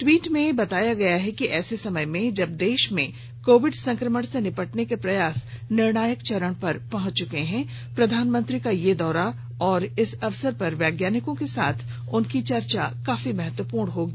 tweet में बताया गया है कि ऐसे समय में जब देश में कोविड संक्रमण से निपटने के प्रयास निर्णायक चरण में पहुंच चुके हैं प्रधानमंत्री का यह दौरा और इस अवसर पर वैज्ञानिकों के साथ उनकी चर्चा काफी महत्वमपूर्ण होगी